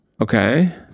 Okay